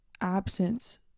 absence